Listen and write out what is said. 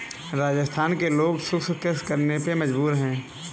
राजस्थान के लोग शुष्क कृषि करने पे मजबूर हैं